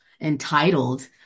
entitled